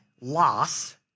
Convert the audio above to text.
loss